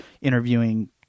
interviewing